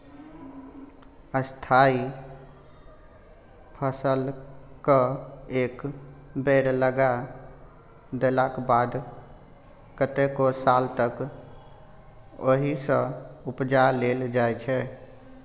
स्थायी फसलकेँ एक बेर लगा देलाक बाद कतेको साल तक ओहिसँ उपजा लेल जाइ छै